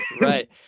Right